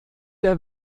der